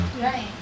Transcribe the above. right